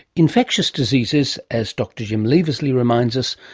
infectious diseases, as dr jim leavesley reminds us,